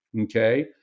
okay